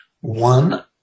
one